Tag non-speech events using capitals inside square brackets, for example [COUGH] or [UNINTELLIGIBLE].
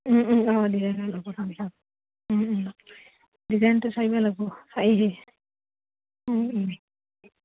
[UNINTELLIGIBLE]